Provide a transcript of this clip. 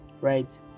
right